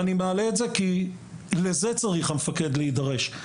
אני מעלה את זה כי לזה צריך המפקד להידרש.